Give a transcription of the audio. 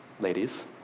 ladies